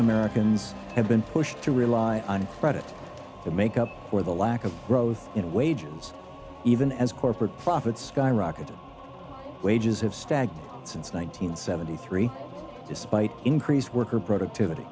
americans have been pushed to rely on credit to make up for the lack of growth in wages even as corporate profits skyrocketed wages have stagnated since one nine hundred seventy three despite increased worker productivity